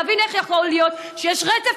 להבין איך יכול להיות שיש רצף